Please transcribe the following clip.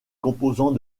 composants